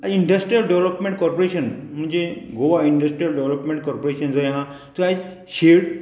I industrial development corporation म्हणजे Goa industrial development corporation जंय आहा थंय आयज शेड